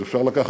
אז אפשר לקחת